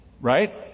right